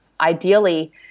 ideally